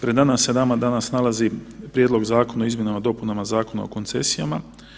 Pred nama se danas nalazi prijedlog zakona o izmjenama i dopunama Zakona o koncesijama.